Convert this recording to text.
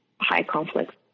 high-conflict